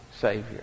Savior